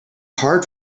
hard